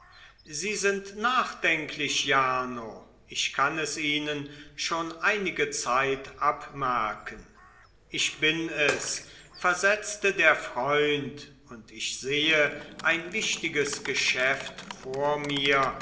sie sind nachdenklich jarno ich kann es ihnen schon einige zeit abmerken ich bin es versetzte der freund und ich sehe ein wichtiges geschäft vor mir